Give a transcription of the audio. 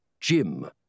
Jim